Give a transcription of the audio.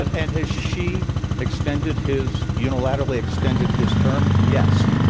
and and has xi extended his unilaterally extended his term? yes.